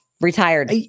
retired